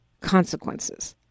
consequences